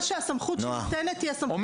הסמכות שניתנת היא הסמכות --- היא תיאסר.